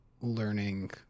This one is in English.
learning